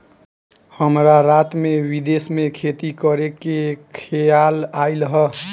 हमरा रात में विदेश में खेती करे के खेआल आइल ह